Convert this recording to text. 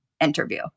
interview